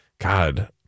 God